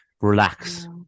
relax